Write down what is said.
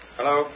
Hello